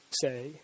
say